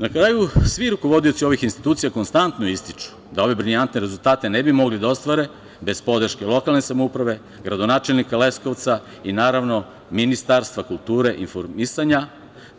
Na kraju, svi rukovodioci ovih institucija konstantno ističu da ove brilijantne rezultate ne bi mogli da ostvare bez podrške lokalne samouprave, gradonačelnika Leskovca i, naravno, Ministarstva kulture i informisanja,